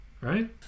right